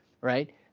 right